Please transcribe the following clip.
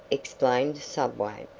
explained subway.